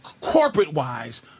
corporate-wise